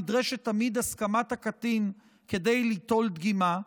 נדרשת תמיד הסכמת הקטין כדי ליטול דגימה,